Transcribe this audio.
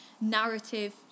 narrative